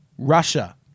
Russia